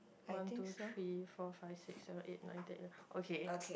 one two three four five six seven eight nine ten ya okay